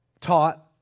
taught